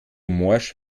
morsch